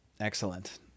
Excellent